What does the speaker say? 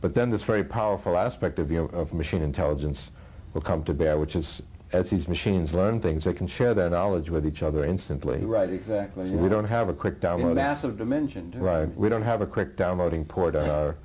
but then this very powerful aspect of you know machine intelligence will come to bear which is as these machines learn things they can share that knowledge with each other instantly right exactly we don't have a quick down with massive dimensions right we don't have a quick downloading port